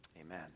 amen